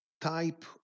type